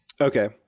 okay